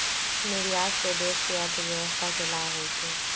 निर्यात से देश के अर्थव्यवस्था के लाभ होइ छइ